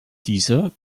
dieser